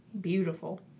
beautiful